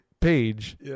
page